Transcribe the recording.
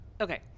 Okay